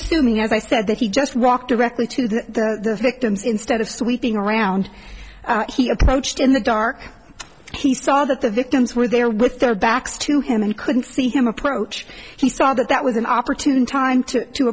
assuming as i said that he just rocked directly to the victims instead of sweeping around he approached in the dark he saw that the victims were there with their backs to him and couldn't see him approach he saw that that was an opportune time to